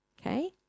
Okay